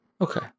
Okay